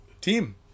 team